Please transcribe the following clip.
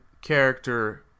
character